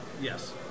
Yes